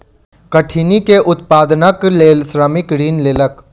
कठिनी के उत्पादनक लेल श्रमिक ऋण लेलक